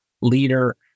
leader